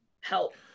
help